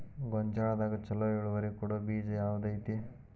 ಗೊಂಜಾಳದಾಗ ಛಲೋ ಇಳುವರಿ ಕೊಡೊ ಬೇಜ ಯಾವ್ದ್ ಐತಿ?